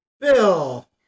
Bill